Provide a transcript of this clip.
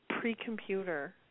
pre-computer